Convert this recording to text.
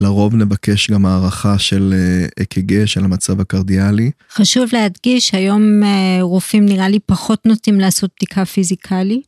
לרוב נבקש גם הערכה של האק"ג, של המצב הקרדיאלי. חשוב להדגיש שהיום רופאים נראה לי פחות נוטים לעשות בדיקה פיזיקלי.